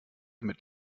mit